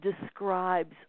describes